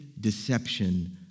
deception